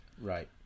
Right